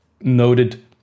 noted